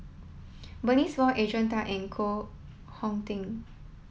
Bernice Wong Adrian Tan and Koh Hong Teng